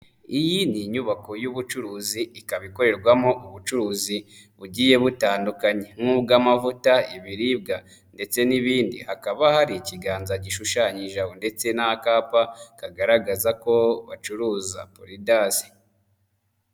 iyi ni inyubako y'ubucuruzi ikaba ikorerwamo ubucuruzi bugiye butandukanye, nk'ubw'amavuta, ibiribwa ndetse n'ibindi hakaba hari ikiganza gishushanyijeho ndetse n'akapa kagaragaza ko bacuruza puridanse.